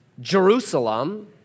Jerusalem